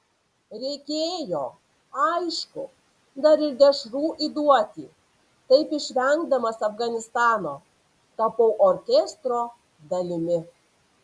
reikėjo aišku dar ir dešrų įduoti taip išvengdamas afganistano tapau orkestro dalimi